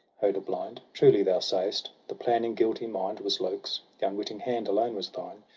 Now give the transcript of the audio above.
hoder blind! truly thou say'st, the planning guilty mind was lok's the unwitting hand alone was thine.